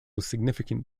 significant